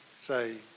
say